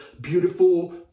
beautiful